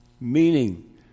meaning